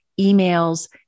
emails